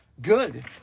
good